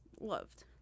loved